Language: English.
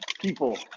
people